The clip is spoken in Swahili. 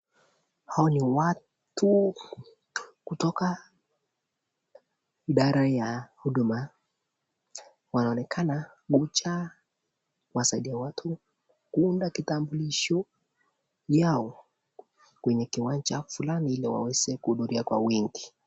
Hawa ni watu kutoka idara ya huduma, wanaonekana wamekuja kusaidia watu kuunda kitambulisho yao kwenye kiwanja fulani ili waweze kuhudhuria kwa wingi.